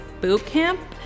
bootcamp